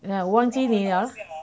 !aiya! 忘记你了